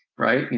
right, you